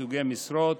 סוגי משרות